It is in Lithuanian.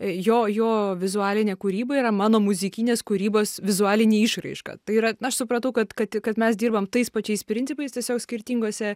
jo jo vizualinė kūryba yra mano muzikinės kūrybos vizualinė išraiška tai yra na aš supratau kad kad kad mes dirbam tais pačiais principais tiesiog skirtingose